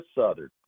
Southern